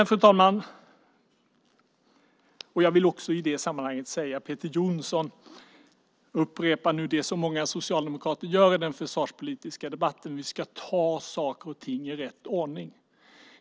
Fru talman! Peter Jonsson upprepar som många socialdemokrater ofta gör i den försvarspolitiska debatten att vi ska ta saker och ting i rätt ordning.